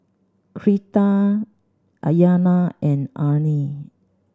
Cleta Ayana and Arne